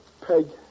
Peg